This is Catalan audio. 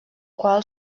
qual